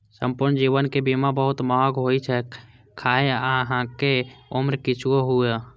संपूर्ण जीवन के बीमा बहुत महग होइ छै, खाहे अहांक उम्र किछुओ हुअय